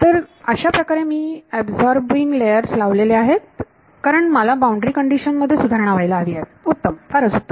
तर अशाप्रकारे मी शोषक थर लावलेले आहेत कारण मला बाउंड्री कंडिशन्स मध्ये सुधारणा व्हायला हवी आहे उत्तम फारच उत्तम